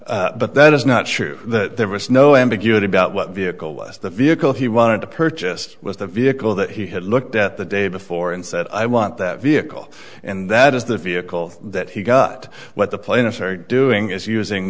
purchase but that is not true that there was no ambiguity about what vehicle was the vehicle he wanted to purchased was the vehicle that he had looked at the day before and said i want that vehicle and that is the vehicle that he got what the plaintiffs are doing is using